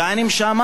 אני אומר לך,